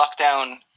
lockdown